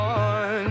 on